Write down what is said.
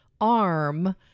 arm